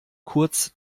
kurz